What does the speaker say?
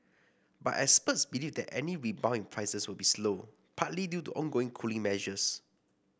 but experts believe that any rebound in prices will be slow partly due to ongoing cooling measures